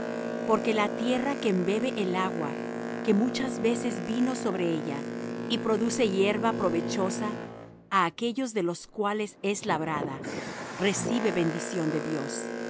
porque la tierra que embebe el agua que muchas veces vino sobre ella y produce hierba provechosa á aquellos de los cuales es labrada recibe bendición de dios